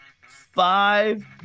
five